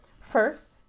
First